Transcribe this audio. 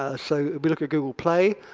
ah so if we look at google play,